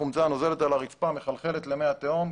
החומצה נוזלת על הרצפה ומחלחלת למי התהום.